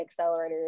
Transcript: accelerators